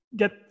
get